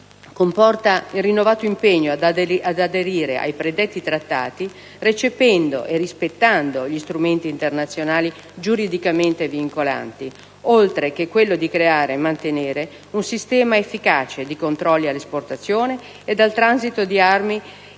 pertanto, il rinnovato impegno ad aderire ai predetti Trattati recependo e rispettando gli strumenti internazionali giuridicamente vincolanti, oltre che quello di creare e mantenere un sistema efficace di controlli all'esportazione e al transito di armi di distruzione